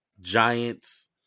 Giants